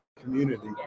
community